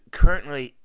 currently